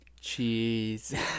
cheese